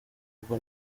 kuko